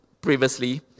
previously